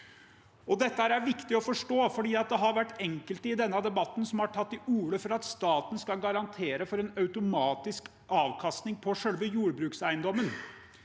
Dette er viktig å forstå, for det er enkelte i denne debatten som har tatt til orde for at staten skal garantere for en automatisk avkastning på selve jordbrukseiendommen.